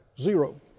Zero